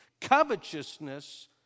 Covetousness